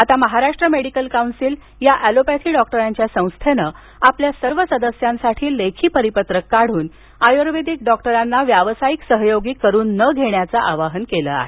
आता Maharashtra medical council या allopathy डॉक्टरांच्या संस्थेनं आपल्या सर्व सदस्यांसाठी लेखी परिपत्रक काढून आयुर्वेदिक डॉक्टरांना व्यावसायिक सहयोगी करून न घेण्याचं आवाहन केलं आहे